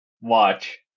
watch